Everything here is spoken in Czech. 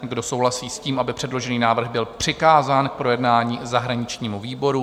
Kdo souhlasí s tím, aby předložený návrh byl přikázán k projednání zahraničnímu výboru?